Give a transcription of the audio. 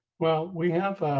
well, we have